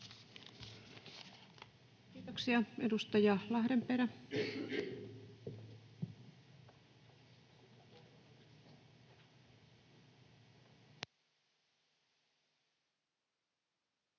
Kiitoksia. — Edustaja Lahdenperä. Arvoisa